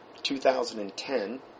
2010